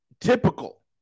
typical